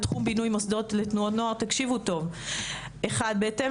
בתחום בינוי מוסדות לתנועות נוער תקשיבו טוב: 1. בהתאם